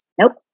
Nope